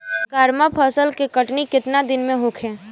गर्मा फसल के कटनी केतना दिन में होखे?